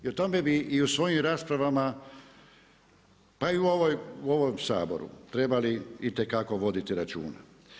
I o tome bi i u svojim raspravama pa i u ovom Saboru trebali itekako voditi računa.